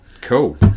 Cool